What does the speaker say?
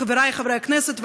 חברי חברי הכנסת,